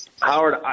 Howard